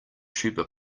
tuba